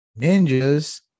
ninjas